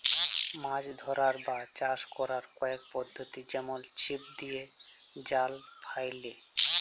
মাছ ধ্যরার বা চাষ ক্যরার কয়েক পদ্ধতি যেমল ছিপ দিঁয়ে, জাল ফ্যাইলে